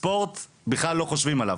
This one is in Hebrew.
ספורט, בכלל לא חושבים עליו.